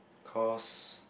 cause